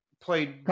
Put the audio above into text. played